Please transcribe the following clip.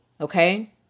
Okay